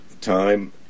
time